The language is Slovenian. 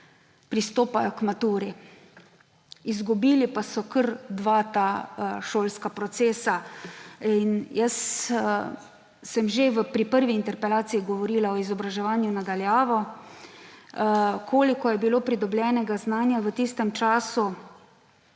pristopajo k maturi, izgubili pa so kar dva šolska procesa. In jaz sem že pri prvi interpelaciji govorila o izobraževanju na daljavo, koliko je bilo pridobljenega znanja v tistem času,